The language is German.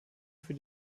für